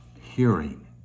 hearing